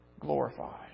glorified